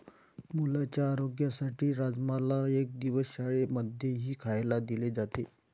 मुलांच्या आरोग्यासाठी राजमाला एक दिवस शाळां मध्येही खायला दिले जाते